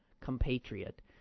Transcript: compatriot